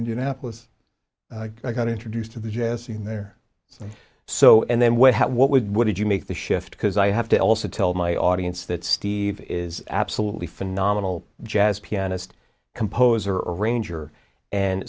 indianapolis i got introduced to the jazz scene there so so and then went what with what did you make the shift because i have to also tell my audience that steve is absolutely phenomenal jazz pianist composer arranger and